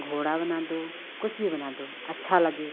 घोड़ा बना दो कुछ भी बना दो अच्छा लगे